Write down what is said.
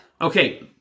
Okay